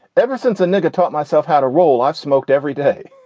ever since a nigga taught myself how to roll, i've smoked every day.